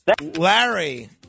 Larry